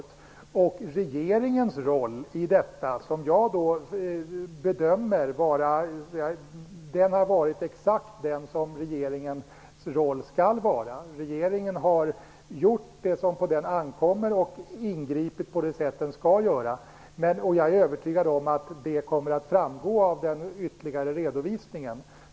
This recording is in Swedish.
Jag menar att regeringens roll i detta har varit exakt den som regeringens roll skall vara. Regeringen har gjort det som på den ankommer och ingripit på det sätt den skall ingripa. Jag är övertygad om att det också kommer att framgå av den ytterligare redovisningen.